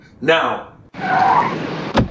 Now